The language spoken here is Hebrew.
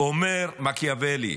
אומר מקיאוולי: